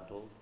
ॾाढो